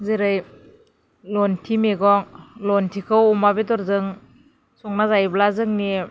जेरै लन्थि मैगं लन्थिखौ अमा बेदरजों संना जायोब्ला जोंनि